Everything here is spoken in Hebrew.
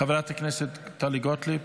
חברת הכנסת טלי גוטליב,